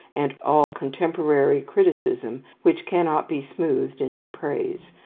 and all contemporary criticism which cannot be smoothed into praise,